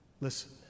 Listen